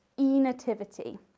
e-nativity